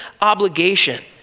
obligation